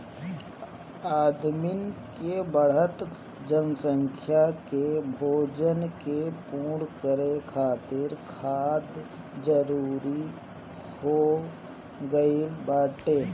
आदमिन के बढ़त जनसंख्या के भोजन के पूर्ति करे खातिर खाद जरूरी हो गइल बाटे